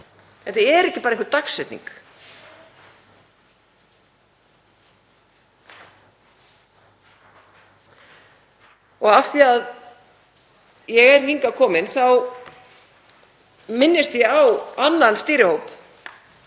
Þetta er ekki bara einhver dagsetning. Af því að ég er hingað komin þá minnist ég á annan stýrihóp